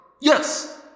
Yes